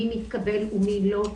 מי מתקבל ומי לא.